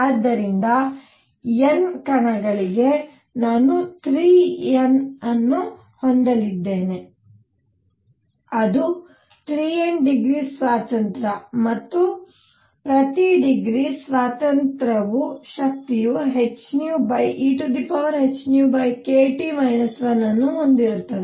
ಆದ್ದರಿಂದ N ಕಣಗಳಿಗೆ ನಾನು 3 N ಅನ್ನು ಹೊಂದಲಿದ್ದೇನೆ ಅದು 3 N ಡಿಗ್ರಿ ಸ್ವಾತಂತ್ರ್ಯ ಮತ್ತು ಪ್ರತಿ ಡಿಗ್ರಿ ಸ್ವಾತಂತ್ರ್ಯವು ಶಕ್ತಿಯ hehνkT 1ಅನ್ನು ಹೊಂದಿರುತ್ತದೆ